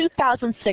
2006